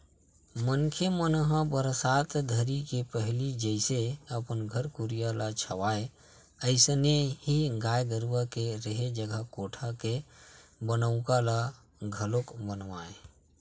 मनखे मन ह बरसात घरी के पहिली जइसे अपन घर कुरिया ल छावय अइसने ही गाय गरूवा के रेहे जघा कोठा के बनउका ल घलोक बनावय